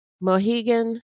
Mohegan